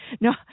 No